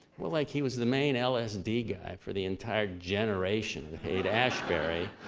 well like he was the main lsd guy for the entire generation haight-ashbury.